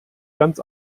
ganz